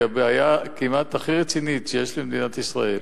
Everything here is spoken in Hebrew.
הבעיה כמעט הכי רצינית שיש למדינת ישראל,